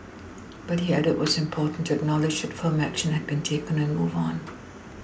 but he added it was important to acknowledge that firm action had been taken and move on